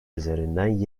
üzerinden